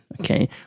okay